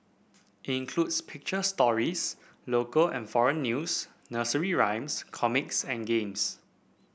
it includes picture stories local and foreign news nursery rhymes comics and games